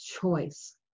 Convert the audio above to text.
choice